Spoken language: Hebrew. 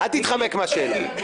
אל תתחמק מהשאלה.